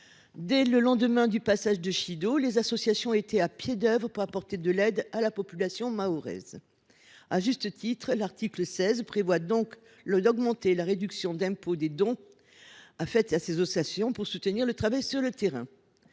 Dès le lendemain du passage de Chido, les associations étaient à pied d’œuvre pour apporter de l’aide à la population mahoraise. À juste titre, l’article 16 de ce projet de loi tend à augmenter la réduction d’impôt accordée aux dons à ces associations pour soutenir le travail sur le terrain.